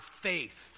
faith